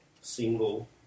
single